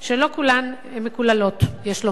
שלא כולן מקוללות, יש לומר.